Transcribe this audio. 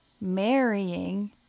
marrying